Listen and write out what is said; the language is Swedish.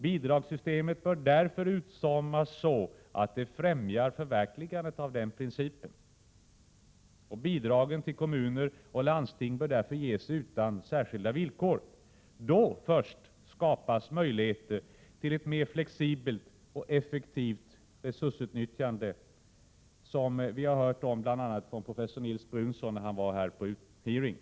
Bidragssystemet bör därför utformas så att det främjar förverkligandet av den principen. Bidragen till kommuner och landsting bör därför ges utan särskilda villkor. Först då skapas möjligheter till ett mer flexibelt och effektivt resursutnyttjande. Detta har vi hört från bl.a. professor Nils Brunsson, när han var här på hearing.